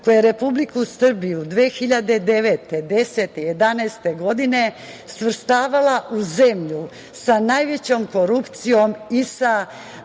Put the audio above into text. koju Republiku Srbiju 2009, 2010, 2011. godine svrstavala u zemlju sa najvećom korupcijom i sa